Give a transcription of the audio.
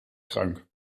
krank